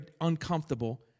uncomfortable